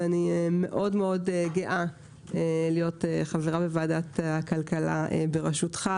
ואני מאוד גאה להיות חברה בוועדת הכלכלה בראשותך.